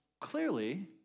Clearly